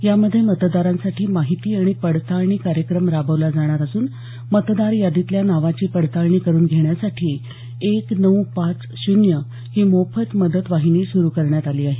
यामध्ये मतदारांसाठी माहिती आणि पडताळणी कार्यक्रम राबवला जाणार असून मतदार यादीतल्या नावाची पडताळणी करुन घेण्यासाठी एक नऊ पाच शून्य ही मोफत मदत वाहिनी सुरु करण्यात आली आहे